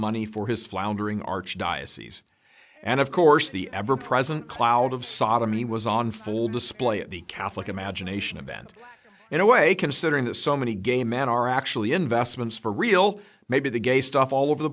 money for his floundering archdiocese and of course the ever present cloud of sodomy was on full display at the catholic imagination event in a way considering that so many gay men are actually investments for real maybe the gay stuff all over the